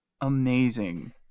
amazing